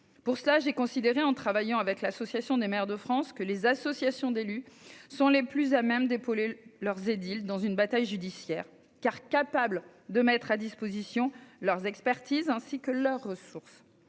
Pour cela, j'ai considéré, en travaillant avec l'Association des maires de France, que les associations d'élus étaient les plus à même d'épauler leurs édiles dans une bataille judiciaire, car elles sont capables de mettre à disposition leur expertise, ainsi que leurs ressources.